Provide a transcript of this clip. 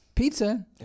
Pizza